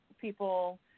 people